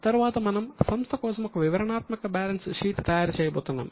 తరువాత మనము సంస్థ కోసం ఒక వివరణాత్మక బ్యాలెన్స్ షీట్ తయారు చేయబోతున్నాం